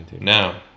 now